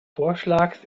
vorschlags